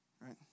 right